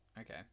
Okay